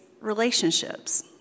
relationships